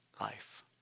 life